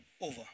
over